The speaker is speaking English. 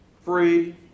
free